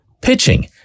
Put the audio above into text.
pitching